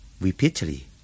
repeatedly